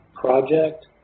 Project